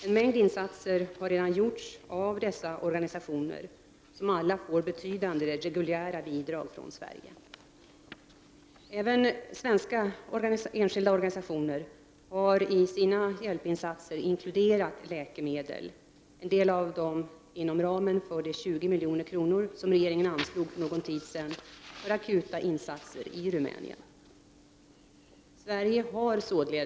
En mängd insatser har redan gjorts av dessa organisationer, som alla får betydande reguljära bidrag från Sverige. Även svenska enskilda organisationer har i sina hjälpinsatser inkluderat läkemedel, en del av dem inom ramen för de 20 milj.kr. som regeringen anslog för någon tid sedan för akuta insatser i Rumänien. Sverige har således — Prot.